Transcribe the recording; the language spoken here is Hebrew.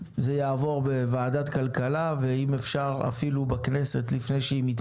ועדת הכלכלה מתכנסת ביום חמישי לאור חשיבות